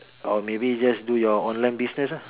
or maybe just do your online business lah